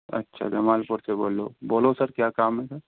अच्छा धमालपुर से बोल रहे हो सर क्या काम है सर